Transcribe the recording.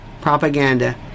propaganda